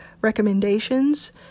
recommendations